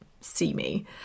see-me